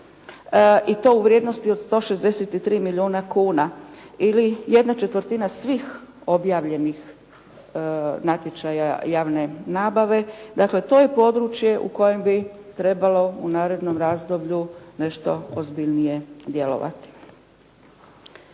i to u vrijednosti od 163 milijuna kuna ili jedna četvrtina svih objavljenih natječaja javne nabave, dakle, to je područje u kojem bi trebalo u narednom razdoblju nešto ozbiljnije djelovati.